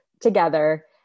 together